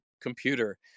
computer